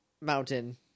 mountain